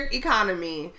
economy